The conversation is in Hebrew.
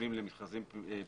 שכותבים למכרזים פומביים,